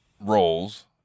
roles